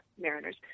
mariners